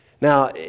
Now